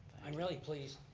i'm really pleased